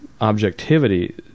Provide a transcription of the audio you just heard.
objectivity